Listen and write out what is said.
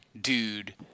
dude